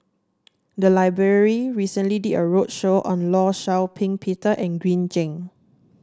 the library recently did a roadshow on Law Shau Ping Peter and Green Zeng